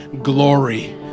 glory